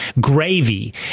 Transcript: gravy